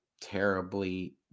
terribly